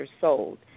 sold